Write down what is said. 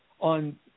on